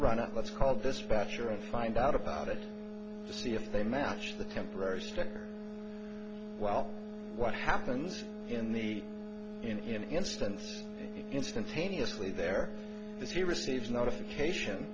run it let's call dispatcher and find out about it see if they match the temporary suspect well what happens in the instance instantaneously there is he receives notification